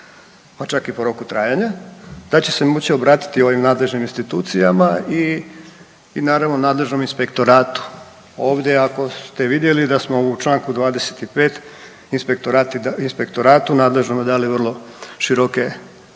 pa čak i po roku trajanja, da će se moći obratiti ovim nadležnim institucijama i naravno, nadležnom inspektoratu. Ovdje, ako ste vidjeli da smo u čl. 25 inspektoratu nadležnom dali vrlo široke dijapazon